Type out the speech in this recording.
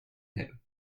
him